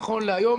נכון להיום,